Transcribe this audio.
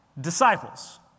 disciples